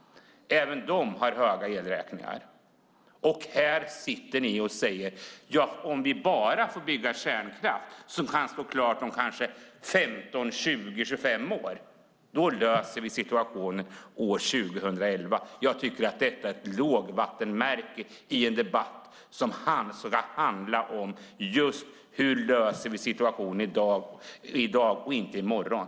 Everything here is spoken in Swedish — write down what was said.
Även de har höga elräkningar. Och här säger ni: Om vi bara får bygga kärnkraft som kan stå klar om kanske 15-20 eller 25 år löser vi situationen år 2011. Jag tycker att detta är ett lågvattenmärke i en debatt som ska handla om just hur vi löser situationen i dag och inte i morgon.